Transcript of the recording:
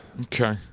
Okay